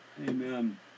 Amen